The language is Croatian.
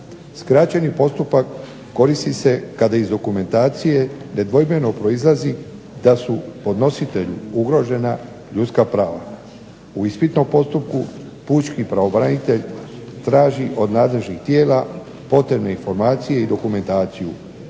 Skraćeni postupak koristi se kada iz dokumentacije nedvojbeno proizlazi da su podnositelji ugrožena ljudska prava. U ispitnom postupku pučki pravobranitelj traži od nadležnih tijela potrebne informacije i dokumentaciju.